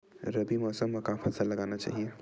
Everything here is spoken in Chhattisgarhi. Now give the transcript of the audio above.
रबी मौसम म का फसल लगाना चहिए?